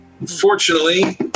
Unfortunately